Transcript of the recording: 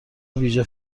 ویژه